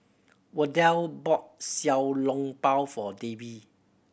Wardell bought Xiao Long Bao for Davie